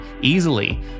easily